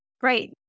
Great